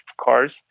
cars